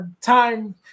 time